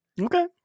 Okay